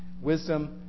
Wisdom